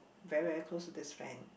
very very close with this friend